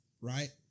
right